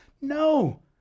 No